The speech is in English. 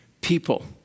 people